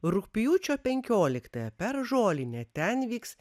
rugpjūčio penkioliktąją per žolinę ten vyks